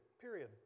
period